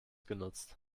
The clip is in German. genutzt